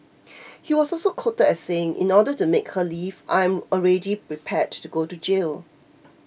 he was also quoted as saying in order to make her leave I am already prepared to go to jail